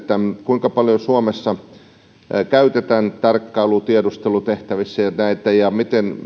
kuinka paljon näitä käytetään suomessa tarkkailu tiedustelutehtävissä ja miten